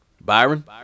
Byron